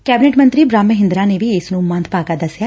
cabinet ਮੰਤਰੀ ਬ੍ਹਮ ਮਹਿੰਦਰਾ ਨੇ ਵੀ ਇਸ ਨੰ ਮੰਦਭਾਗਾ ਦਸਿਆ